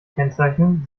kennzeichnen